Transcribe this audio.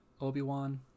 Obi-Wan